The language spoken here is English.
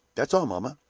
that's all, mamma.